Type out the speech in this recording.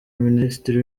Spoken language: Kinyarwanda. minisitiri